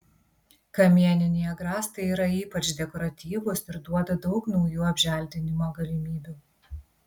kamieniniai agrastai yra ypač dekoratyvūs ir duoda daug naujų apželdinimo galimybių